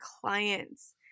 clients